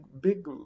big